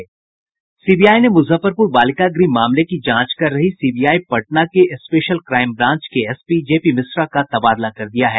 CBI ने मुजफ्फरपुर बालिका गृह मामले की जांच कर रही सीबीआई पटना के स्पेशल क्राईम ब्रांच के एसपी जे़पी मिश्रा का तबादला कर दिया है